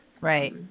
Right